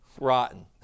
rotten